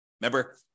Remember